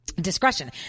Discretion